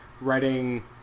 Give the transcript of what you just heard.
writing